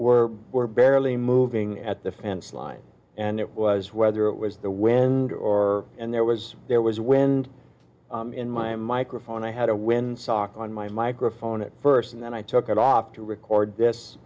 were were barely moving at the fenceline and it was whether it was the wind or and there was there was wind in my microphone i had a wind sock on my microphone at first and then i took it off to record this